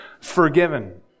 forgiven